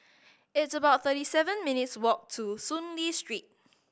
it's about thirty seven minutes' walk to Soon Lee Street